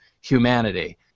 humanity